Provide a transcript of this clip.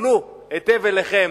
הסתכלו היטב עליכם,